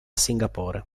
singapore